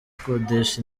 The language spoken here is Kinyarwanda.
gukodesha